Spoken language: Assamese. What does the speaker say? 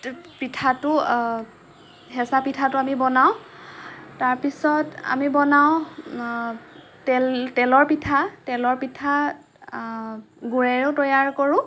পিঠাটো হেঁচা পিঠাটো আমি বনাওঁ তাৰ পিছত আমি বনাওঁ তেল তেলৰ পিঠা তেলৰ পিঠা গুৰেৰেও তৈয়াৰ কৰোঁ